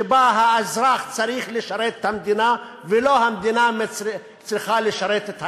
שבה האזרח צריך לשרת את המדינה ולא המדינה צריכה לשרת את האזרח.